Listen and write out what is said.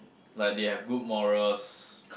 like they have good morals